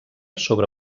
sobre